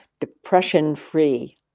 depression-free